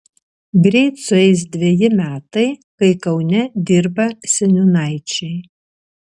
greit sueis dveji metai kai kaune dirba seniūnaičiai